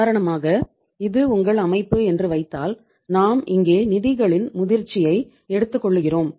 உதாரணமாக இது உங்கள் அமைப்பு என்று வைத்தால் நாம் இங்கே நிதிகளின் முதிர்ச்சியை எடுத்துக்கொள்ளுகிறோம்